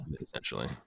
essentially